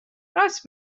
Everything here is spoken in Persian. راست